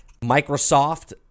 Microsoft